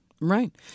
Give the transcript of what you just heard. Right